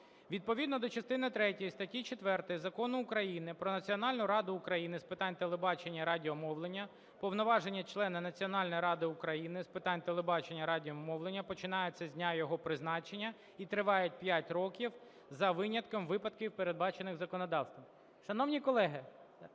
Відповідно до частини третьої статті 4 Закону України "Про Національну раду України з питань телебачення і радіомовлення" повноваження члена Національної ради України з питань телебачення і радіомовлення починаються з дня його призначення і тривають 5 років, за винятком випадків, передбачених законодавством. Шановні колеги,